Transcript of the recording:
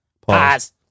Pause